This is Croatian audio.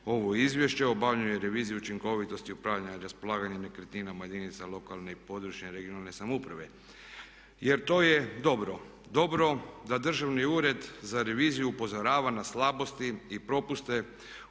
ovo Izvješće o obavljanju revizije učinkovitosti, upravljanja i raspolaganja nekretninama jedinice lokalne i područne, regionalne samouprave jer to je dobro, dobro da Državni ured za reviziju upozorava na slabosti i propuste u vezi